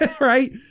right